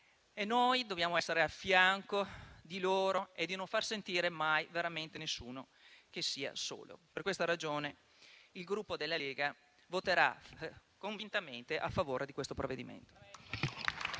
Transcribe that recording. E noi dobbiamo essere al loro fianco, non dobbiamo far sentire mai nessuno solo. Per questa ragione il Gruppo della Lega voterà convintamente a favore di questo provvedimento.